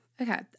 Okay